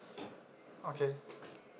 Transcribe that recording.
okay